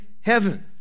heaven